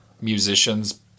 musicians